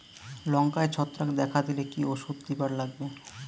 লঙ্কায় ছত্রাক দেখা দিলে কি ওষুধ দিবার লাগবে?